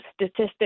statistics